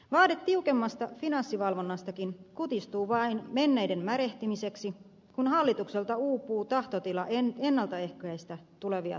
vaade tiukemmasta finanssivalvonnastakin kutistuu vain menneiden märehtimiseksi kun hallitukselta uupuu tahtotila ennaltaehkäistä tulevia talouskriisejä